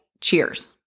cheers